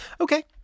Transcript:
Okay